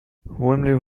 willem